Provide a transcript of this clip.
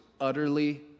utterly